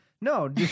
No